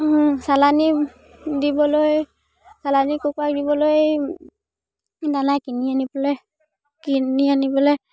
চালানী দিবলৈ চালানী কুকুৰাক দিবলৈ দানা কিনি আনিবলৈ কিনি আনিবলৈ